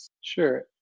Sure